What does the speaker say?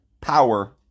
power